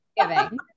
Thanksgiving